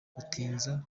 gutinza